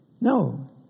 No